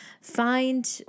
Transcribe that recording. Find